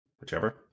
whichever